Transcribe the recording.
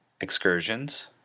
Excursions